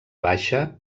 baixa